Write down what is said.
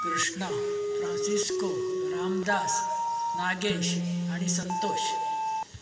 Krishna Francisco Ramdas Nagesh आनी संतोष